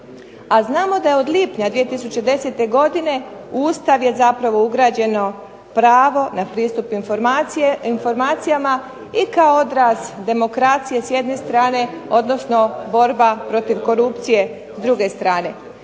A znamo da je od lipnja 2010. godine u Ustav je zapravo ugrađeno pravo na pristup informacijama i kao odraz demokracije s jedne strane, odnosno borba protiv korupcije s druge strane.